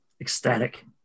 ecstatic